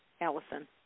Allison